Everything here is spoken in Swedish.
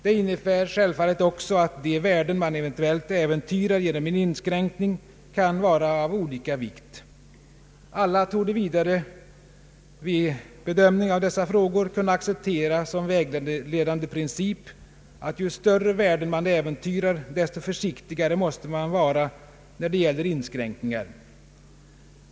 Det innebär naturligtvis också att de värden man eventuellt äventyrar genom en inskränkning kan vara av olika vikt. Alla torde vidare, vid bedömning av dessa frågor, kunna acceptera som vägledande princip att ju större värden man äventyrar desto försiktigare måste man vara när det gäller inskränkningar.